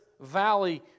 Valley